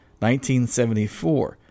1974